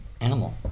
animal